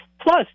plus